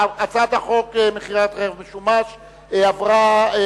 ההצעה להעביר את הצעת חוק מכירת רכב משומש (זכאות למידע וגילוי נאות)